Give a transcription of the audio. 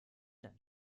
dann